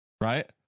Right